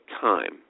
time